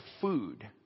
food